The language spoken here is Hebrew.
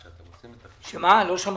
כשאתם עושים חישוב